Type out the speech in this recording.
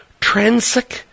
Transic